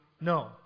No